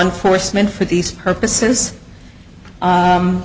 enforcement for these purposes